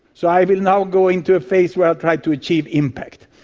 so i will now go into a phase where i will try to achieve impact.